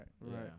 Right